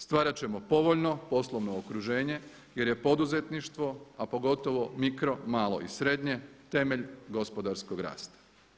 Stvarat ćemo povoljno poslovno okruženje jer je poduzetništvo, a pogotovo micro, malo i srednje temelj gospodarskog rasta.